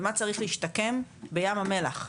ומה צריך להשתקם בים המלח,